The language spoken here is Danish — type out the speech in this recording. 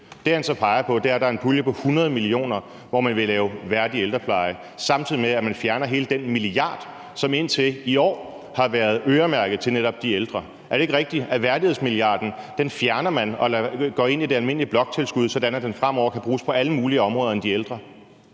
Det, han så peger på, er, at der er en pulje på 100 mio. kr., som man vil lave værdig ældrepleje for, samtidig med at man fjerner hele den milliard, som indtil i år har været øremærket til netop de ældre. Er det ikke rigtigt, at man fjerner værdighedsmilliarden og lader den gå ind i det almindelige bloktilskud, sådan at den fremover kan bruges på alle mulige andre områder